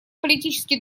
политический